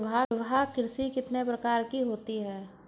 निर्वाह कृषि कितने प्रकार की होती हैं?